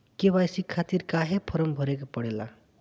KYC खातिर क्यूं form भरे के पड़ेला?